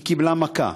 היא קיבלה מכה.